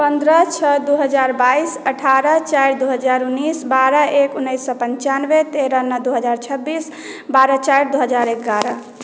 पन्द्रह छओ दू हजार बाईस अठारह चारि दू हजार उन्नीस बारह एक उन्नैस सए पञ्चानवे तेरह नओ दू हजार छब्बीस बारह चारि दू हजार एगारह